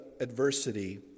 adversity